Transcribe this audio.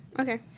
Okay